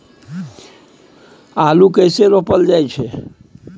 आलू कइसे रोपल जाय छै?